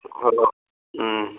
ꯍꯣꯏ ꯍꯣꯏ ꯎꯝ